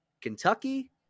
Kentucky